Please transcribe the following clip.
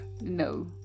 no